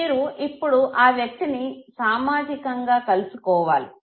మీరు ఇప్పుడు ఆ వ్యక్తిని సామాజికంగా కలుసుకోవాలి